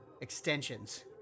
extensions